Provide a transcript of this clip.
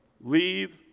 Leave